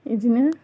इदिनो